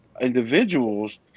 individuals